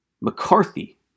McCarthy